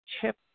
chip